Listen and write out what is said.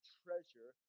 treasure